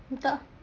tak ah